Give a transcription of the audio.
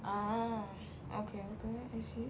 ah okay okay I see